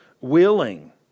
willing